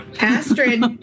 Astrid